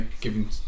giving